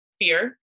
fear